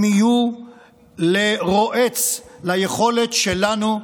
זה יהיה לרועץ ליכולת שלנו,